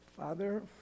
Father